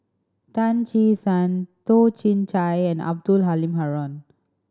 Tan Che Sang Toh Chin Chye and Abdul Halim Haron